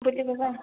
ବୁଲିବା ପା